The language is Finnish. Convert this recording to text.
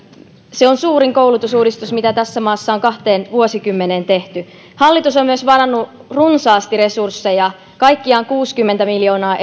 se on suurin koulutusuudistus mitä tässä maassa on kahteen vuosikymmeneen tehty hallitus on myös varannut runsaasti resursseja kaikkiaan noin kuusikymmentä miljoonaa